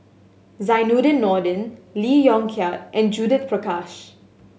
Zainudin Nordin Lee Yong Kiat and Judith Prakash